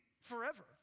forever